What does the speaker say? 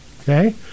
Okay